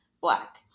black